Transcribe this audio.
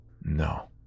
No